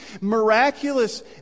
miraculous